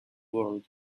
world